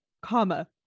comma